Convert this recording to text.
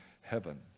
heaven